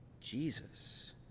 Jesus